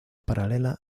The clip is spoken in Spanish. paralela